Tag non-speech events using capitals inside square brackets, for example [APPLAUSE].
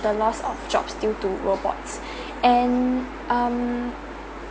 the lost of jobs due to robots [BREATH] and um